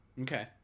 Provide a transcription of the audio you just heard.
Okay